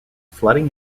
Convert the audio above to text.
flooding